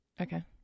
Okay